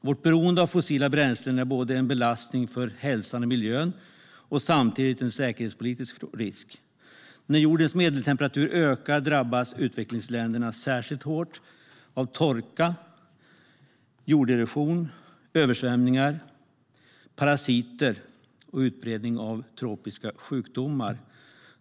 Vårt beroende av fossila bränslen är en belastning för både hälsan och miljön och samtidigt en säkerhetspolitisk risk. När jordens medeltemperatur ökar drabbas utvecklingsländerna särskilt hårt av torka, jorderosion, översvämningar, parasiter och utbredning av tropiska sjukdomar.